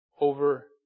over